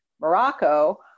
Morocco